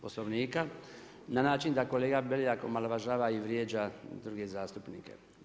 Poslovnika na način da kolega Beljak omalovažava i vrijeđa druge zastupnike.